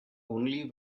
only